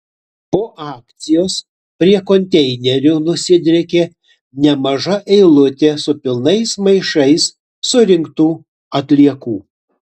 po akcijos prie konteinerių nusidriekė nemaža eilutė su pilnais maišais surinktų atliekų